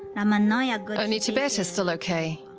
um and ah only tibet's still okay.